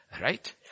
Right